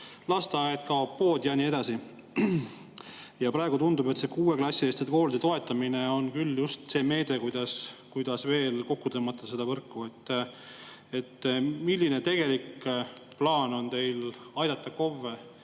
lasteaed, kaob pood ja nii edasi. Ja praegu tundub, et see kuueklassiliste koolide toetamine on küll just see meede, kuidas veel kokku tõmmata seda võrku. Milline on teie tegelik plaan aidata KOV‑e